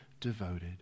devoted